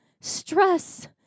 stress